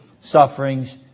sufferings